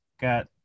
got